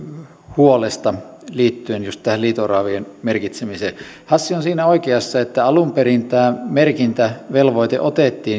huolesta liittyen juuri tähän liito oravien merkitsemiseen hassi on siinä oikeassa että alun perin tämä merkintävelvoite otettiin